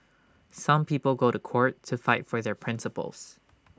some people go to court to fight for their principles